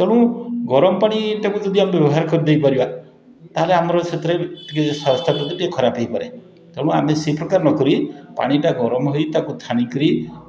ତେଣୁ ଗରମ ପାଣିଟାକୁ ଯଦି ଆମେ ବ୍ୟବହାର କରିଦେଇ ପାରିବା ତା'ହେଲେ ଆମର ସେଥିରେ ଟିକିଏ ସ୍ୱାସ୍ଥ୍ୟପ୍ରତି ଟିକିଏ ଖରାପ ହେଇପାରେ ତେଣୁ ଆମେ ସେଇପ୍ରକାର ନକରି ପାଣିଟା ଗରମ ହେଇ ତାକୁ ଛାଣିକିରି